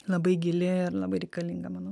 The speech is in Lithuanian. labai gili ir labai reikalinga manau